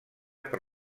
per